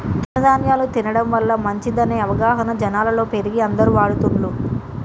తృణ ధ్యాన్యాలు తినడం వల్ల మంచిదనే అవగాహన జనాలలో పెరిగి అందరు వాడుతున్లు